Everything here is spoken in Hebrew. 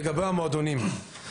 לגבי המועדונים,